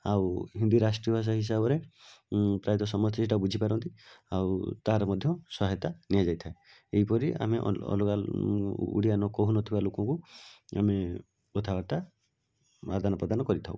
ଆଉ ଯଦି ରାଷ୍ଟୀୟ ଭାଷା ହିସାବରେ ପ୍ରାୟତଃ ସମସ୍ତେ ସେଇଟା ବୁଝିପାରନ୍ତି ଆଉ ତାର ମଧ୍ୟ ସହାୟତା ନିଆଯାଇଥାଏ ଏହିପରି ଆମେ ଅଲଗା ଓଡ଼ିଆ ନ କହୁନଥିବା ଲୋକଙ୍କୁ ଆମେ କଥା ବାର୍ତ୍ତା ଆଦାନ ପ୍ରଧାନ କରିଥାଉ